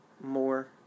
more